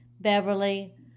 Beverly